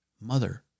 mother